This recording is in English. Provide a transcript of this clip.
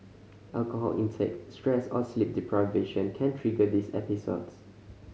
alcohol intake stress or sleep deprivation can trigger these episodes